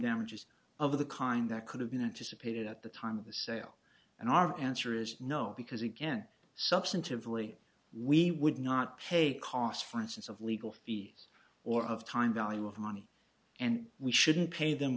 damages of the kind that could have been anticipated at the time of the sale and our answer is no because again substantively we would not take cost for instance of legal fees or of time value of money and we shouldn't pay them